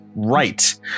right